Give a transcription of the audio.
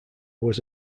was